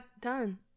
done